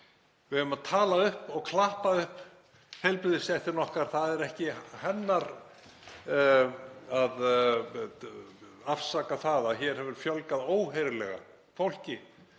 Við eigum að tala upp og klappa upp heilbrigðisstéttina okkar. Það er ekki hennar að afsaka það að hér hefur fjölgað óheyrilega fólki